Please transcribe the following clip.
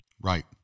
Right